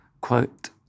quote